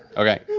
okay,